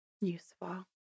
Useful